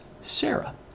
Sarah